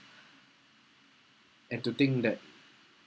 and to think that